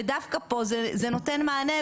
ודווקא פה זה נותן מענה,